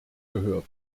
gehört